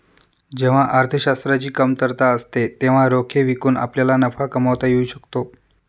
जेव्हा अर्थशास्त्राची कमतरता असते तेव्हा रोखे विकून आपल्याला नफा कमावता येऊ शकतो